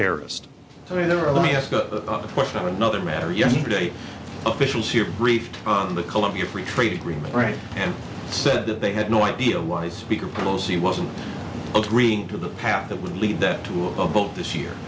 terrorist i mean there are let me ask the question of another matter yesterday officials here briefed on the colombia free trade agreement right and said that they had no idea why speaker pelosi wasn't agreeing to the path that would lead that to a vote this year